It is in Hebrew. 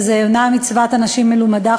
וזו אינה מצוות אנשים מלומדה,